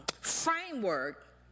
framework